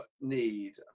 need